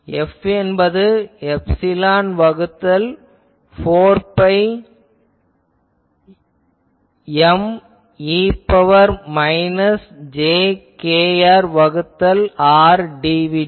இதில் F என்பது epsilon வகுத்தல் 4 பை M e இன் பவர் மைனஸ் j kR வகுத்தல் R dv